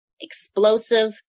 explosive